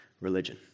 religion